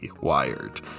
Wired